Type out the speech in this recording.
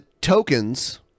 tokens